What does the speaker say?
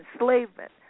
enslavement